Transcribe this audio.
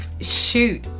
shoot